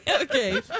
okay